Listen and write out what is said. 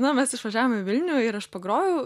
na mes išvažiavome į vilnių ir aš pagrojau